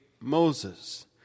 Moses